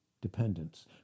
Dependence